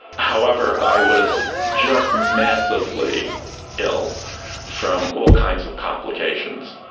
however, i was just massively ill from all kinds of complications.